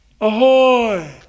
Ahoy